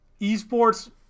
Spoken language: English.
esports